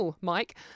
Mike